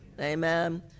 Amen